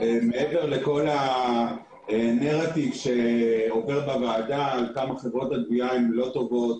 מעבר לכל הנרטיב שאומרת הוועדה על כמה חברות הגבייה אינן טובות,